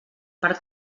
per